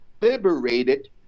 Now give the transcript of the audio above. liberated